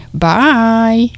bye